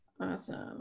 Awesome